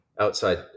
outside